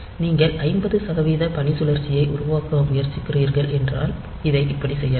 நீங்கள் 50 சதவிகித பணிச்சுழற்சியை உருவாக்க முயற்சிக்கிறீர்கள் என்றால் இதை இப்படி செய்யலாம்